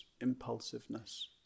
impulsiveness